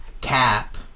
cap